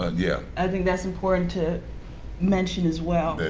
ah yeah. i think that's important to mention as well.